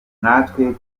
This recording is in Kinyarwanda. nkatwe